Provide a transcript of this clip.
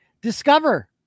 Discover